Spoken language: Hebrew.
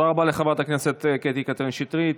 תודה רבה לחברת הכנסת קטי קטרין שטרית.